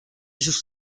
sus